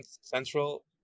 central